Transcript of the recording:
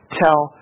tell